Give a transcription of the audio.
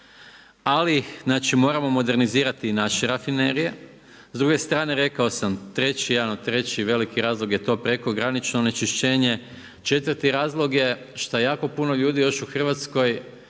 ali moramo modernizirati naše rafinerije. S druge strane, rekao sam jedan od treći i veliki razlog je to prekogranično onečišćenje. Četvrti razlog je što jako puno ljudi još u Hrvatskoj